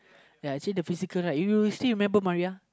ya actually the physical lah if you still remember Maria